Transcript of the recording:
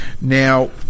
Now